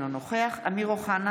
אינו נוכח אמיר אוחנה,